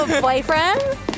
Boyfriend